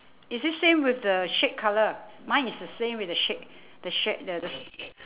is it same with the shade colour mine is the same with the shade the shade the the